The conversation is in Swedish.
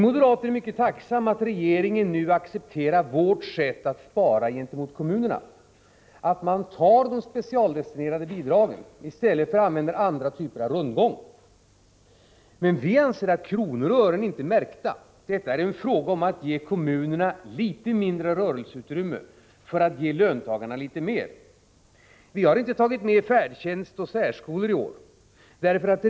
Vi moderater är mycket tacksamma för att regeringen nu accepterar vårt sätt att spara gentemot kommunerna. Man tar således bort de specialdestinerade bidragen i stället för att använda andra typer av rundgång. Men vi anser att kronor och ören inte är öronmärkta. Det är här fråga om att ge kommunerna litet mindre rörelseutrymme för att löntagarna skall få litet mer. Vi har i år inte tagit med bidragen till färdtjänst och särskolor i vårt förslag.